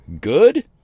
good